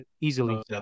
easily